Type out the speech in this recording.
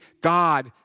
God